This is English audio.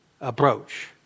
approach